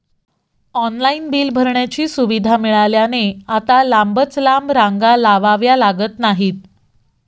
online bill भरण्याची सुविधा मिळाल्याने आता लांबच लांब रांगा लावाव्या लागत नाहीत